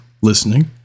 listening